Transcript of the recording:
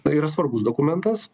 tai yra svarbus dokumentas